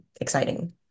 exciting